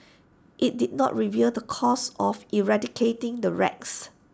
IT did not reveal the cost of eradicating the rats